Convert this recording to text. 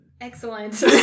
excellent